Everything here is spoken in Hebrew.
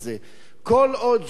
כל עוד זה נמשך,